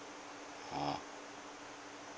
uh